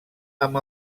amb